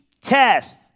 Test